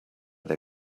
they